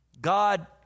God